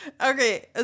Okay